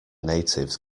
natives